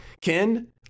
Ken